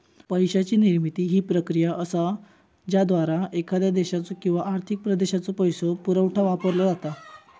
पैशाची निर्मिती ही प्रक्रिया असा ज्याद्वारा एखाद्या देशाचो किंवा आर्थिक प्रदेशाचो पैसो पुरवठा वाढवलो जाता